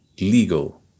legal